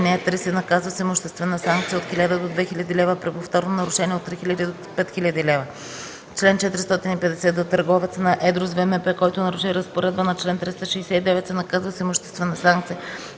ал. 3, се наказва с имуществена санкция от 1000 до 2000 лв., а при повторно нарушение – от 3000 до 5000 лв. Чл. 450д. Търговец на едро с ВМП, който наруши разпоредба на чл. 369, се наказва с имуществена санкция